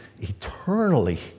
eternally